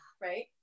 right